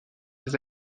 les